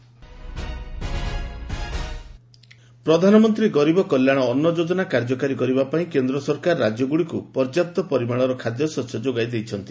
PM ଗରିବ କଲ୍ୟାଣ ଅନ୍ନ ଯୋଜନା ପ୍ରଧାନମନ୍ତ୍ରୀ ଗରିବ କଲ୍ୟାଣ ଅନ୍ନ ଯୋଜନା କାର୍ଯ୍ୟକାରୀ କରିବା ପାଇଁ କେନ୍ଦ୍ର ସରକାର ରାଜ୍ୟଗୁଡ଼ିକୁ ପର୍ଯ୍ୟାପ୍ତ ଖାଦ୍ୟଶସ୍ୟ ଯୋଗାଇଦେଇଛନ୍ତି